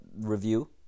review